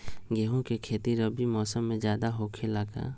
गेंहू के खेती रबी मौसम में ज्यादा होखेला का?